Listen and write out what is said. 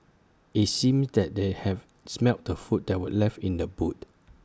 IT seemed that they have smelt the food that were left in the boot